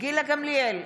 גילה גמליאל,